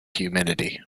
humidity